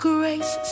Grace